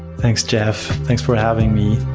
thanks, jeff. thanks for having me.